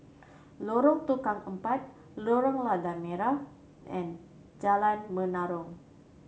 Lorong Tukang Empat Lorong Lada Merah and Jalan Menarong